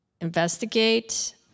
Investigate